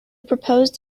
proposed